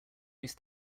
least